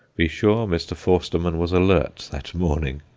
be sure mr. forstermann was alert that morning!